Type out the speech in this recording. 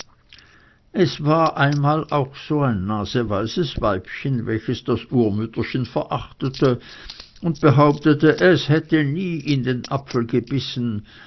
es war einmal auch so ein naseweises weibchen welches das urmütterchen verachtete und behauptete es hätte nie in den apfel gebissen